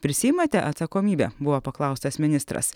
prisiimate atsakomybę buvo paklaustas ministras